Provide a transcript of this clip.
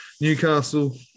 Newcastle